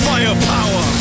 Firepower